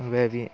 वएह भी